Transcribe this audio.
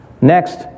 Next